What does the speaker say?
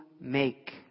make